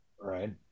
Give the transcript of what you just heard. Right